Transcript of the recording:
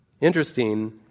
Interesting